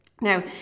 Now